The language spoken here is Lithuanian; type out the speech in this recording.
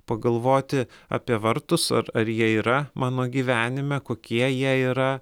pagalvoti apie vartus ar ar jie yra mano gyvenime kokie jie yra